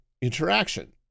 interaction